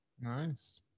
Nice